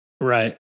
right